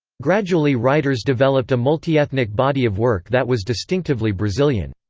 gradually writers developed a multi-ethnic body of work that was distinctively brazilian.